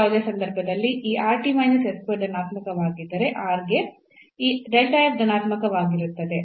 ಯಾವುದೇ ಸಂದರ್ಭದಲ್ಲಿ ಈ ಧನಾತ್ಮಕವಾಗಿದ್ದರೆ r ಗೆ ಈ ಧನಾತ್ಮಕವಾಗಿರುತ್ತದೆ